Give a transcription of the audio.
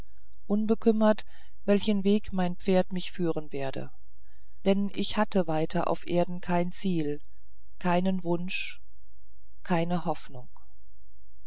unbekümmert welchen weg mein pferd mich führen werde denn ich hatte weiter auf erden kein ziel keinen wunsch keine hoffnung